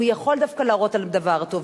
זה יכול דווקא להראות על דבר טוב.